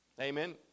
Amen